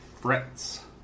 frets